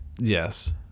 Yes